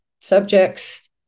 subjects